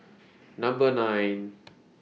Number nine